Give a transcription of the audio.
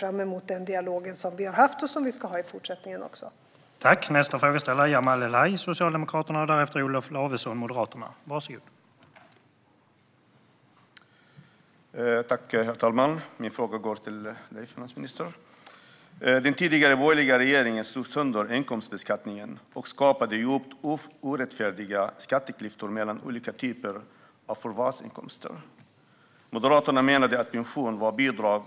Jag uppskattar den dialog vi har haft och ser fram emot den vi kommer att ha även i fortsättningen.